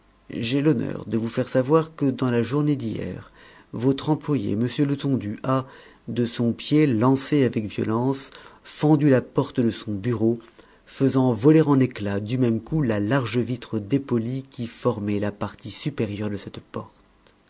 j'ai l'honneur de vous faire savoir que dans la journée d'hier votre employé m letondu a de son pied lancé avec violence fendu la porte de son bureau faisant voler en éclats du même coup la large vitre dépolie qui formait la partie supérieure de cette porte